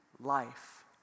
life